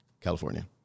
California